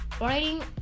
writing